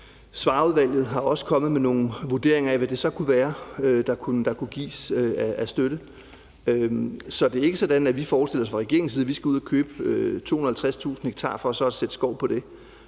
Svarerudvalget er kommet med nogle vurderinger af, hvad det så kunne være, der kunne gives af støtte. Så det er ikke sådan, at vi forestiller os fra regeringens side, at vi skal ud at købe 250.000 ha for så at sætte skov på det.